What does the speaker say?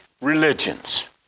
religions